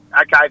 okay